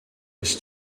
was